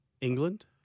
England